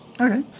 Okay